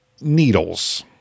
needles